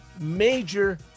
major